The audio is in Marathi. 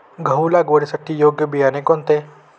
गहू लागवडीसाठी योग्य बियाणे कोणते?